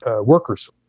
workers